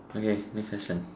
okay next question